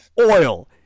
Oil